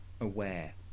aware